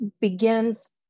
begins